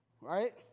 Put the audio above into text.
right